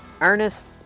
Ernest